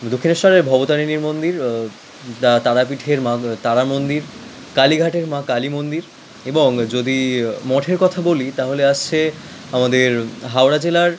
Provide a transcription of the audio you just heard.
দক্ষিণেশ্বরের ভবতারিণীর মন্দির বা তারাপীঠের মা তারা মন্দির কালীঘাটের মা কালী মন্দির এবং যদি মঠের কথা বলি তাহলে আসছে আমাদের হাওড়া জেলার